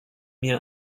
mir